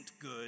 good